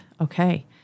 Okay